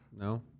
No